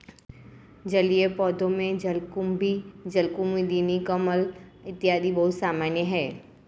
जलीय पौधों में जलकुम्भी, जलकुमुदिनी, कमल इत्यादि बहुत सामान्य है